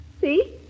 See